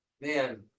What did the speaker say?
man